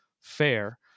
fair